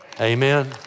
Amen